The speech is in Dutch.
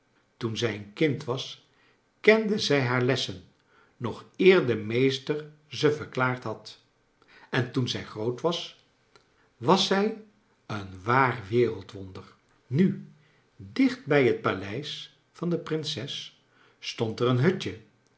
toen zij een kind was kende zij haar lessen nog eer de meester ze verklaard had en toen zij groot was was zij een waar wereld wonder nu dichtbij het paleis van de prinses stond er een hutje